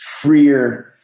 freer